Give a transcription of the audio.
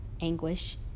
anguish